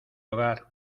hogar